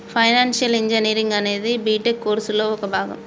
financial engineering అనేది B Tech కోర్సులో ఒక భాగం